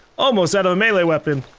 almost out of a melee weapon,